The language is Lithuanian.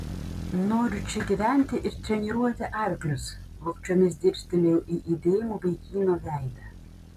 noriu čia gyventi ir treniruoti arklius vogčiomis dirstelėjau į įdėmų vaikino veidą